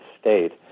state